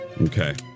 Okay